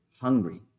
hungry